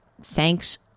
Thanks